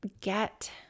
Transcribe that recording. Get